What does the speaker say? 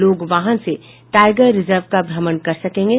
लोग वाहन से टाइगर रिजर्व का भ्रमण कर सकेंगे